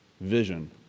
vision